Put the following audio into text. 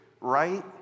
right